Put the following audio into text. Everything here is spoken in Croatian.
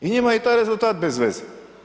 I njima je i taj rezultat bezveze.